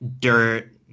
dirt